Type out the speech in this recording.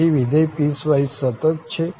આથી વિધેય પીસવાઈસ સતત છે